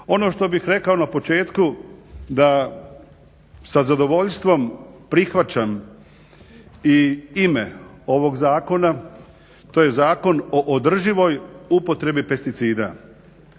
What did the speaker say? Ono što bih rekao na početku da sa zadovoljstvom prihvaćam i ime ovog zakona, to je Zakon o održivoj upotrebi pesticida.